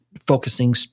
focusing